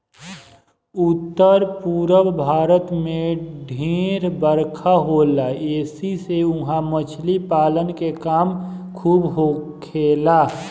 उत्तर पूरब भारत में ढेर बरखा होला ऐसी से उहा मछली पालन के काम खूब होखेला